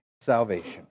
salvation